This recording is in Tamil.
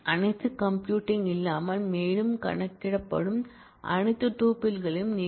அடுத்து கம்ப்யூட்டிங் இல்லாமல் மேலே காணப்படும் அனைத்து டூப்பிள்களையும் நீக்கு